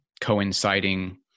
coinciding